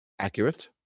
Accurate